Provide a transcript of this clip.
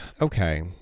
okay